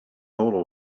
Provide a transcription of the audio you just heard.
all